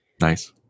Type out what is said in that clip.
Nice